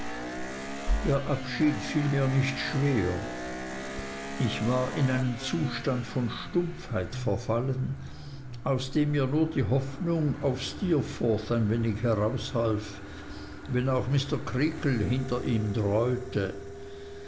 der abschied fiel mir nicht schwer ich war in einen zustand von stumpfheit verfallen aus dem mir nur die hoffnung auf steerforth ein wenig heraushalf wenn auch mr creakle hinter ihm